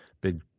big